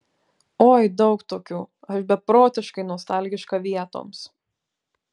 oi daug tokių aš beprotiškai nostalgiška vietoms